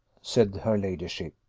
said her ladyship.